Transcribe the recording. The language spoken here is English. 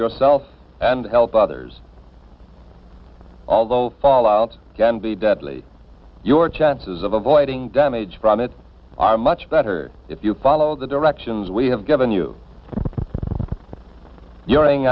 yourself and help others although fall outs can be deadly your chances of avoiding damage from it are much better if you follow the directions we have given you